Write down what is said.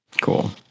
Cool